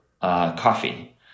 coffee